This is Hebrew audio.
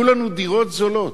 יהיו לנו דירות זולות.